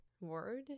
word